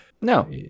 No